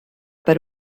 per